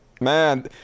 Man